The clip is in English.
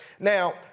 Now